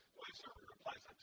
server applies that